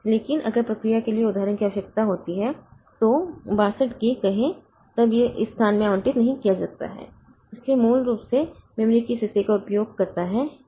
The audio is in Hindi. लेकिन अगर प्रक्रिया के लिए उदाहरण की आवश्यकता होती है तो 62 K कहें तब यह इस स्थान में आवंटित किया जाता है इसलिए मूल रूप से मेमोरी के इस हिस्से का उपयोग करता है